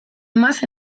más